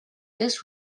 this